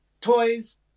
toys